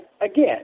again